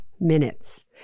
minutes